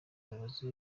umuyobozi